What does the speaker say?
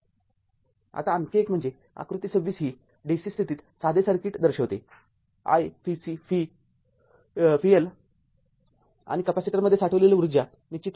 आता आणखी एक म्हणजे आकृती २६ ही dc स्थितीत साधे सर्किट दर्शविते i VC V L आणि कॅपेसिटरमध्ये साठविलेली ऊर्जा निश्चित करा